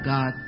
God